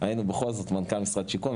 היינו בכל זאת מנכ"ל משרד השיכון,